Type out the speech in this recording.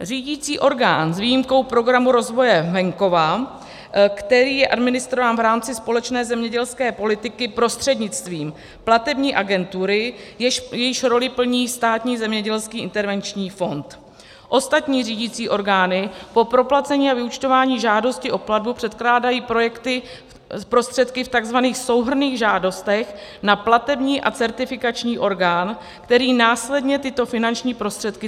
Řídicí orgán s výjimkou Programu rozvoje venkova, který je administrován v rámci společné zemědělské politiky prostřednictvím platební agentury, jejíž roli plní Státní zemědělský intervenční fond, ostatní řídicí orgány po proplacení a vyúčtování žádosti o platbu předkládají projekty s prostředky v tzv. souhrnných žádostech na platební a certifikační orgán, který následně tyto finanční prostředky certifikuje.